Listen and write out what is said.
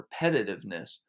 repetitiveness